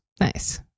Nice